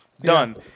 Done